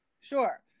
Sure